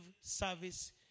service